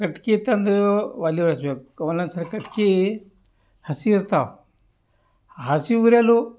ಕಟ್ಗೆ ತಂದು ಒಲೆ ಹಚ್ಚಬೇಕು ಒಂದೊಂದು ಸಲ ಕಟ್ಗೆ ಹಸಿ ಇರ್ತಾವೆ ಹಸಿವಿರಲು